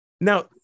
Now